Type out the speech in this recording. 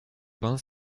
pain